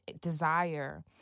desire